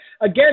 again